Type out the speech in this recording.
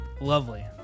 lovely